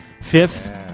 fifth